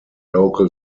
local